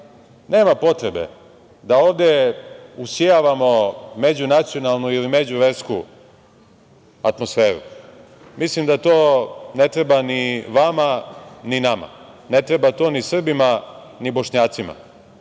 nema potrebe da ovde usijavamo međunacionalnu ili međuversku atmosferu. Mislim da to ne treba ni vama ni nama. Ne treba to ni Srbima ni Bošnjacima.